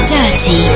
Dirty